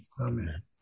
Amen